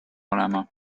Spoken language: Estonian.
olema